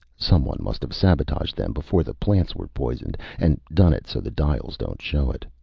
someone must have sabotaged them before the plants were poisoned and done it so the dials don't show it.